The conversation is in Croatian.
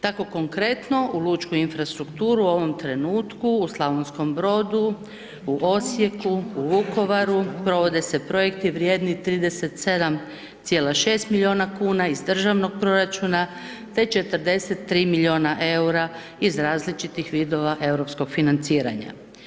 Tako konkretno u lučku infrastrukturu, u ovom trenutku, u Slavonskom Brodu, u Osijeku, u Vukovaru, provode se projekti vrijedni 37,6 milijuna kn, iz državnog proračuna, te 43 milijuna eura, iz različitih vidova europskog financiranja.